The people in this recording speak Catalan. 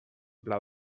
pla